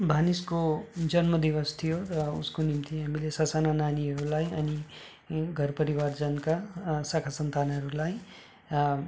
भानिजको जन्म दिवस थियो र उसको निम्ति हामीले ससाना नानीहरूलाई अनि घर परिवारजनका शाखा सन्तानहरूलाई